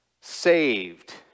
saved